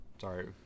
Sorry